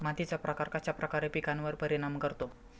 मातीचा प्रकार कश्याप्रकारे पिकांवर परिणाम करतो?